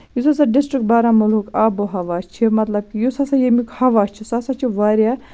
یُس ہسا ڈِسٹرک بارہمُلہُک آبو ہوا چھُ مطلب کہِ یُس ہسا ییٚمیُک ہوا چھُ سُہ ہسا چھُ واریاہ